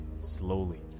Slowly